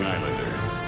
Islanders